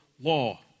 law